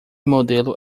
modelo